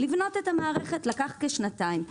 לבנות את המערכת לקח כשנתיים.